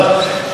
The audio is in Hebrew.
רצינית,